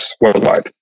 worldwide